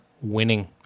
winning